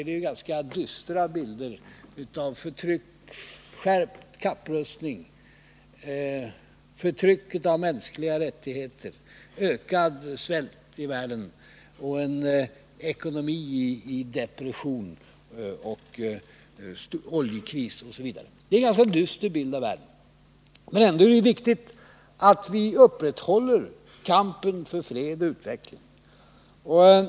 Det är dystra bilder av förtryck, skärpt kapprustning, förtryck av mänskliga rättigheter, ökad svält i världen, oljekris och en ekonomi i depression. Det är en ganska dyster bild av världen. Ändå är det viktigt att vi upprätthåller kampen för fred och utveckling.